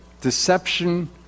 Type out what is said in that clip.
Deception